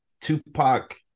Tupac